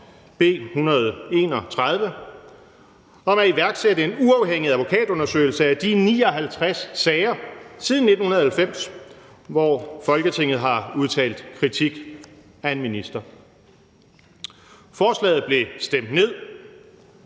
om at iværksætte en uafhængig advokatundersøgelse af de 59 sager siden 1990, hvor Folketinget har udtalt kritik af en minister. Forslaget blev stemt ned,